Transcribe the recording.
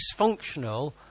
dysfunctional